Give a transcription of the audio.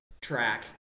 track